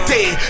Dead